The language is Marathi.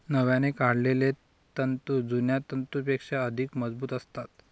नव्याने काढलेले तंतू जुन्या तंतूंपेक्षा अधिक मजबूत असतात